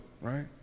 right